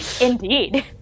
indeed